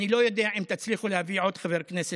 אני לא יודע אם תצליחו להביא עוד חבר כנסת,